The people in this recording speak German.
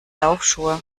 laufschuhe